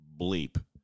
bleep